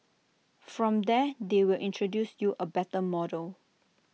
from there they will introduce you A better model